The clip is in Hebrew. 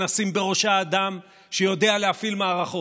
שים בראשה אדם שיודע להפעיל מערכות,